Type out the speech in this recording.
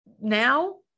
now